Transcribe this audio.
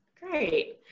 great